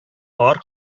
алар